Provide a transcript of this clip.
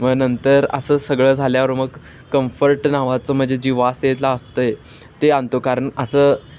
मग नंतर असं सगळं झाल्यावर मग कम्फर्ट नावाचं म्हणजे जी असतं ते आणतो कारण असं